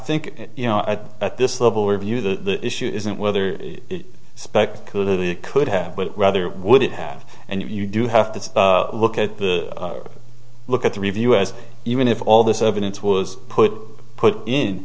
think you know a at this level review the issue isn't whether specter could it could have but rather would it have and you do have to look at the look at the review as even if all this evidence was put put in